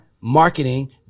marketing